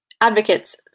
advocates